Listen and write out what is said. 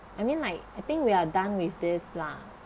I mean like I think we are done with this lah